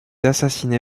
assassiné